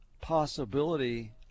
possibility